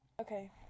okay